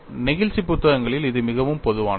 நெகிழ்ச்சி புத்தகங்களில் இது மிகவும் பொதுவானது